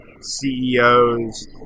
CEOs